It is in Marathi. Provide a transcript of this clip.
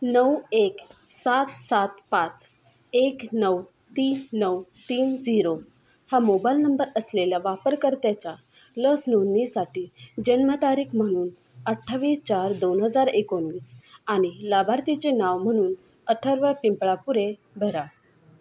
नऊ एक सात सात पाच एक नऊ तीन नऊ तीन झिरो हा मोबाईल नंबर असलेल्या वापरकर्त्याच्या लस नोंदणीसाठी जन्मतारीख म्हणून अठ्ठावीस चार दोन हजार एकोणवीस आणि लाभार्थीचे नाव म्हणून अथर्व पिंपळापुरे भरा